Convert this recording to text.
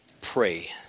pray